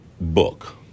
book